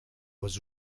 was